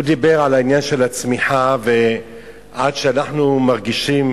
הוא דיבר על העניין של הצמיחה, עד שאנחנו מרגישים